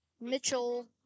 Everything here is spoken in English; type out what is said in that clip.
Mitchell